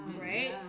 right